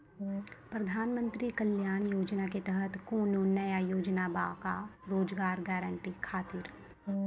प्रधानमंत्री कल्याण योजना के तहत कोनो नया योजना बा का रोजगार गारंटी खातिर?